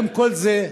עם כל זה,